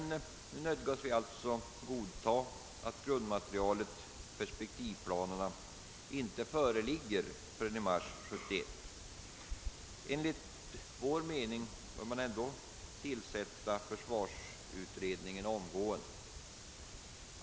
Nu nödgas vi alltså godtaga att grundmaterialet, perspektivplanerna, inte föreligger förrän i mars 1971. Enligt vår mening bör ändock försvarsutredningen tillsättas omgående.